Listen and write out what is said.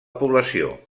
població